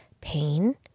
pain